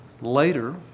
later